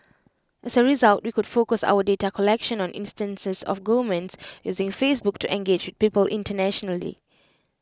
as A result we could focus our data collection on instances of governments using Facebook to engage with people internationally